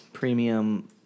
premium